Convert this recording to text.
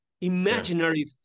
imaginary